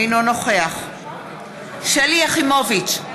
אינו נוכח שלי יחימוביץ,